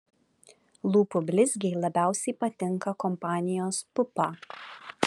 lūpų blizgiai labiausiai patinka kompanijos pupa